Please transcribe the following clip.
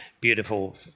beautiful